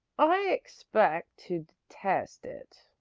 i expect to detest it,